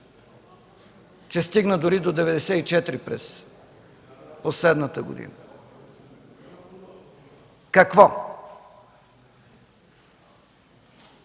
че стигна дори до 94 през последната година? Какво?